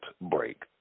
break